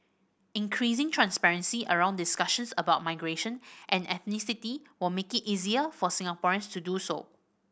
increasing transparency around discussions about migration and ethnicity will make it easier for Singaporeans to do so